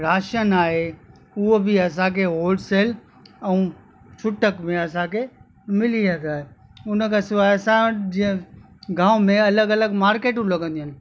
राशनु आहे उहो बि असांखे हॉलसेल ऐं छूटक में असांखे मिली वेंदा आहिनि हुन खां सवाइ असां वटि जीअं गांव में अलॻि अलॻि मार्केटूं लॻंदियूं आहिनि